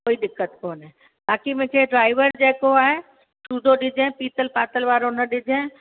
कोई दिक़तु कोन्हे बाकी मिखे ड्राइवर जेको आहे सूदो ॾिजं पीतल पातल वारो न ॾिजं